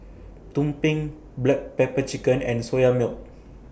Tumpeng Black Pepper Chicken and Soya Milk